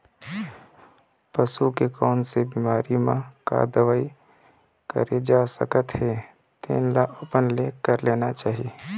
पसू के कोन से बिमारी म का दवई करे जा सकत हे तेन ल अपने ले कर लेना चाही